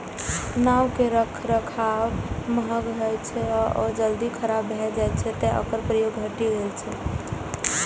नाव के रखरखाव महग होइ छै आ ओ जल्दी खराब भए जाइ छै, तें ओकर प्रयोग घटि गेल छै